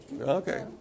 Okay